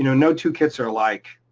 you know no two kits are like